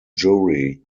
jury